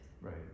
Right